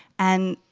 and